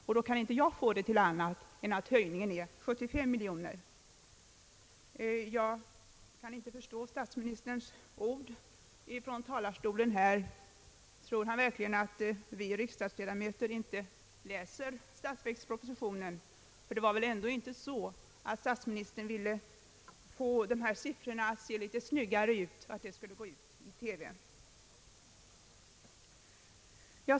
Jag kan inte finna annat än att höjningen är 75 miljoner kronor. Jag kan då inte förstå statsministerns ord från denna talarstol. Tror han verkligen inte att vi riksdagsledamöter läser statsverkspropositionen? Det var väl ändå inte så att statsministern ville få dessa siffror att se litet snyggare ut därför att debatten sändes i TV.